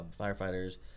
firefighters